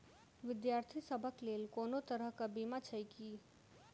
विद्यार्थी सभक लेल कोनो तरह कऽ बीमा छई की?